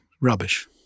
rubbish